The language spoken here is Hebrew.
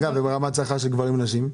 מה רמת השכר של גברים ונשים?